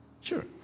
Sure